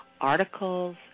articles